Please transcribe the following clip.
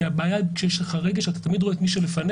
כי כשיש לך רגש אתה תמיד רואה את מי שלפניך,